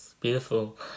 beautiful